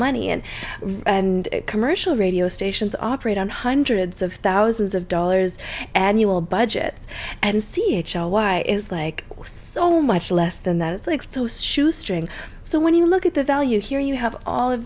money and and commercial radio stations operate on hundreds of thousands of dollars annual budgets and c h l y is like so much less than that it's like so shoestring so when you look at the value here you have all